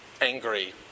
angry